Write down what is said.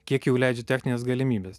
kiek jau leidžia techninės galimybės